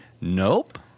Nope